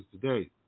today